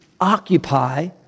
occupy